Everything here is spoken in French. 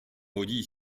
maudit